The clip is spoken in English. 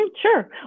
Sure